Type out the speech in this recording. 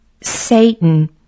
Satan